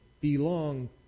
belong